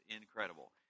incredible